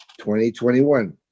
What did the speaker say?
2021